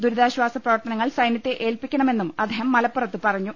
ദുരിതാശ്വാസ പ്രവർത്തനങ്ങൾ സൈന്യത്തെ ഏൽപ്പിക്കണമെന്നും അദ്ദേഹം മലപ്പുറത്ത് പറ ഞ്ഞു